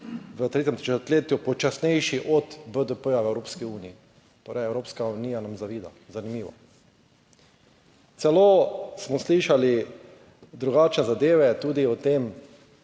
v tretjem četrtletju počasnejši od BDP v Evropski uniji. Torej, Evropska unija nam zavida. Zanimivo. Celo smo slišali drugačne zadeve, tudi o tem,